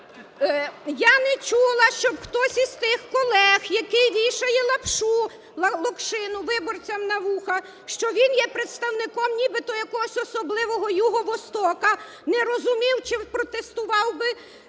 Я не чула, щоби хтось із тих колег, який вішає лапшу, локшину виборцям на вуха, що він є представником нібито якогось особливого юго-востока, не розумів чи протестував без